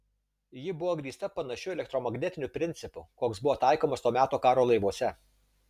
ji buvo grįsta panašiu elektromagnetiniu principu koks buvo taikomas to meto karo laivuose